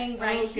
and right here.